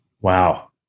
Wow